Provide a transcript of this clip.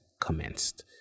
commenced